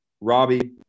Robbie